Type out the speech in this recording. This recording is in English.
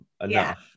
enough